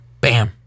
Bam